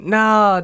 Nah